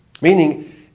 Meaning